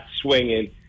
swinging